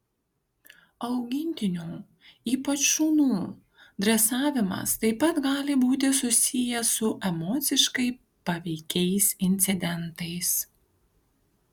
augintinių ypač šunų dresavimas taip pat gali būti susijęs su emociškai paveikiais incidentais